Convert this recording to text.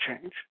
change